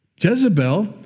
Jezebel